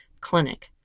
clinic